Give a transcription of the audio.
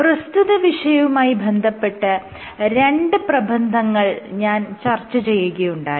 പ്രസ്തുത വിഷയവുമായി ബന്ധപ്പെട്ട് രണ്ട് പ്രബന്ധങ്ങൾ ഞാൻ ചർച്ച ചെയ്യുകയുണ്ടായി